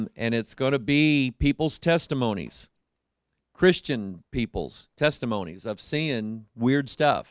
and and it's gonna be people's testimonies christian people's testimonies i've seeing weird stuff